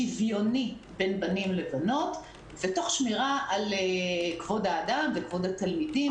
שוויוני בין בנים לבנות ותוך שמירה על כבוד האדם וכבוד התלמידים.